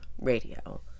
Radio